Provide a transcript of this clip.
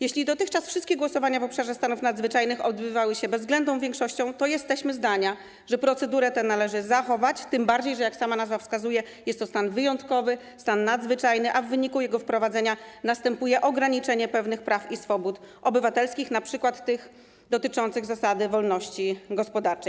Jeśli dotychczas wszystkie decyzje w obszarze stanów nadzwyczajnych zapadały w głosowaniach bezwzględną większością głosów, to jesteśmy zdania, że procedurę tę należy zachować, tym bardziej że - jak sama nazwa wskazuje - jest to stan wyjątkowy, stan nadzwyczajny, a w wyniku jego prowadzenia następuje ograniczenie pewnych praw i swobód obywatelskich, np. tych dotyczących zasady wolności gospodarczej.